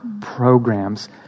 programs